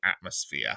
atmosphere